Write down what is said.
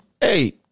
Hey